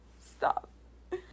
stop